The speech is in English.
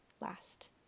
last